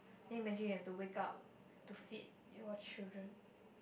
can you imagine you've to wake up to feed your children